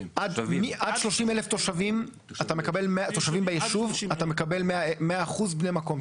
עד 30,000 תושבים בישוב אתה מקבל 100% בני מקום,